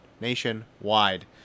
nationwide